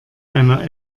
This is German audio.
einer